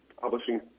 publishing